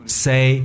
say